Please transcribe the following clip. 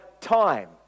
time